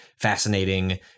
fascinating